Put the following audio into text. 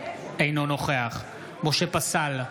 אינו נוכח משה פסל,